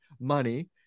money